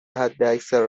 حداکثر